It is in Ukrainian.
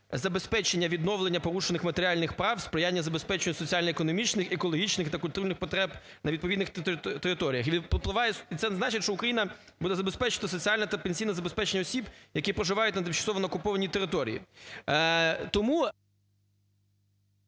забезпечення відновлення порушених матеріальних прав, сприяння забезпеченню соціально-економічних, екологічних та культурних потреб на відповідних територіях. І випливає… це не значить, що Україна буде забезпечувати соціальне та пенсійне забезпечення осіб, які проживають на тимчасово окупованій території. Тому